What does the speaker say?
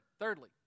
thirdly